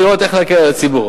לראות איך להקל על הציבור.